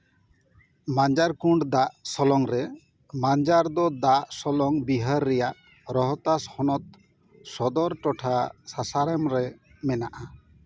ᱢᱟᱧᱡᱟᱨ ᱠᱩᱱᱰ ᱫᱟᱜ ᱥᱚᱞᱚᱝ ᱨᱮ ᱢᱟᱧᱡᱟᱨ ᱫᱚ ᱫᱟᱜ ᱥᱚᱞᱚᱝ ᱵᱤᱦᱟᱨ ᱨᱮᱭᱟᱜ ᱨᱚᱦᱚᱛᱟᱥ ᱦᱚᱱᱚᱛ ᱥᱚᱫᱚᱨ ᱴᱚᱴᱷᱟ ᱥᱟᱥᱟᱨᱟᱢ ᱨᱮ ᱢᱮᱱᱟᱜᱼᱟ